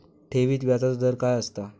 ठेवीत व्याजचो दर काय असता?